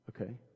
Okay